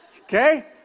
Okay